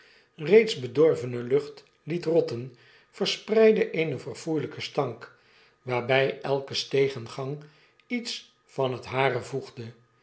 reeds bedorvene lucht liet rotten verspreidde eenen verfoeielijken stank waarby elke steeg en gang iets van het hare